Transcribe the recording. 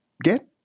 get